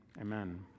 Amen